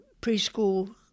preschool